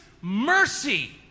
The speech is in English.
mercy